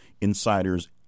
insiders